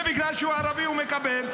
ובגלל שהוא ערבי הוא מקבל.